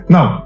Now